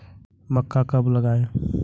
मक्का कब लगाएँ?